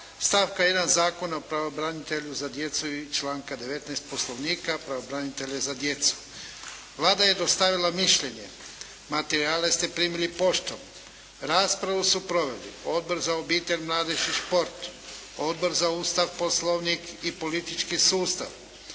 stavka 1. Zakona o pravobranitelju za djecu i članka 19. Poslovnika pravobranitelja za djecu. Vlada je dostavila mišljenje. Materijale ste primili poštom. Raspravu su proveli Odbor za obitelj, mladež i šport, Odbor za Ustav, Poslovnik i politički sustav,